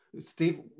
Steve